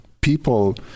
People